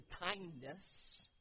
kindness